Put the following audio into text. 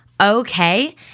okay